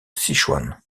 sichuan